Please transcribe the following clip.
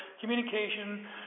communication